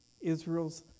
Israel's